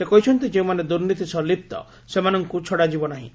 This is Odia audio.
ସେ କହିଛନ୍ତି ଯେଉଁମାନେ ଦୁର୍ନୀତି ସହ ଲିପ୍ତ ସେମାନଙ୍କୁ ଛଡ଼ାଯିବ ନାହିଁ